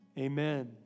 Amen